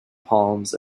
palms